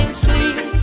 sweet